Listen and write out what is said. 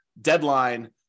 deadline